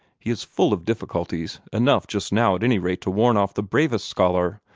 he is full of difficulties enough, just now, at any rate, to warn off the bravest scholar.